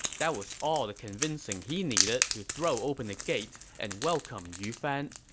that was all the convincing he needed to throw open the gates and welcome yu fan.